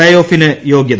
പ്നേ ഓഫിന് യോഗ്യത